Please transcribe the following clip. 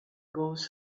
goes